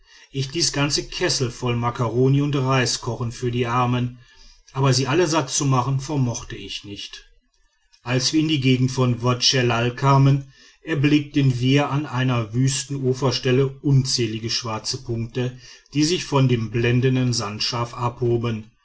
ich ließ ganze kessel voll makkaroni und reis kochen für die armen aber sie alle satt zu machen vermochte ich nicht als wir in die gegend von wod schellal kamen erblickten wir an einer wüsten uferstelle unzählige schwarze punkte die sich von dem blendenden sand scharf abhoben